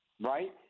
right